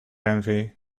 envy